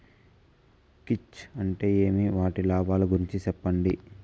కీచ్ అంటే ఏమి? వాటి లాభాలు గురించి సెప్పండి?